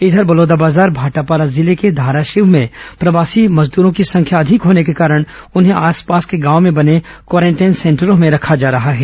इधर बलौदाबाजार भाटापारा जिले के धाराशिव में प्रवासी श्रमिकों की संख्या अधिक होने के कारण उन्हें आसपास के गांव में बने क्वारेंटाइन सेंटरों में रखा जा रहा है